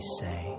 say